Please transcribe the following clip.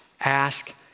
ask